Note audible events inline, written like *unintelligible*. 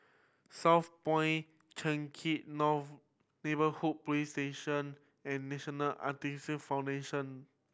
Southpoint Changkat *unintelligible* Neighbourhood Police Station and National *unintelligible* Foundation